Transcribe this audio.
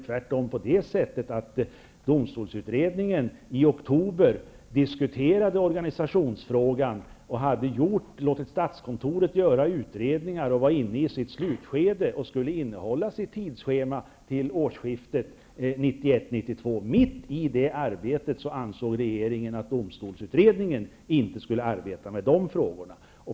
Tvärtom diskuterade domstolsutredningen i oktober organisationsfrågan. Man hade låtit statskontoret göra utredningar, som var inne i ett slutskede. Tidsschemat skulle hållas. Det gällde då årsskiftet 1991--1992. Mitt i det arbetet ansåg regeringen att domstolsutredningen inte skulle arbeta med de här frågorna.